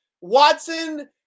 Watson